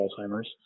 alzheimer's